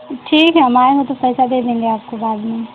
ठीक है हम आएंगे तो पैसा दे देंगे आपको बाद में